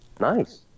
Nice